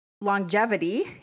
longevity